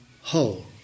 whole